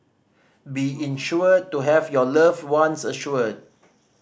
be insured to have your loved ones assured